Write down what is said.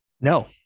No